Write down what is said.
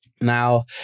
Now